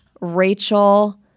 Rachel